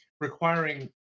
requiring